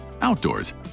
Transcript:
outdoors